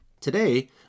Today